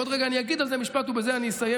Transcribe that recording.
ועוד רגע אני אגיד על זה משפט ובזה אני אסיים,